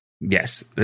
Yes